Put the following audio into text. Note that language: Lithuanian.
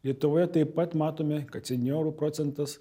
lietuvoje taip pat matome kad senjorų procentas